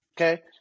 Okay